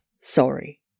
sorry